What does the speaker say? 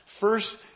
First